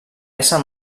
ésser